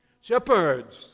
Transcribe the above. Shepherds